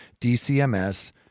DCMS